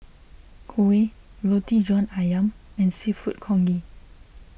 Kuih Roti John Ayam and Seafood Congee